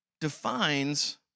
defines